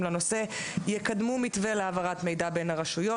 לנושא יקדמו מתווה להעברת מידע בין הרשויות.